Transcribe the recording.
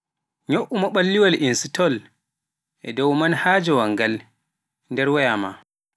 nyouu maɓalliwal instal e dow manhajawal ngal e nder wayawaal maa.